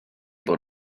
bod